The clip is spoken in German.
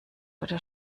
oder